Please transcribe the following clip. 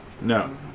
No